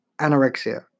anorexia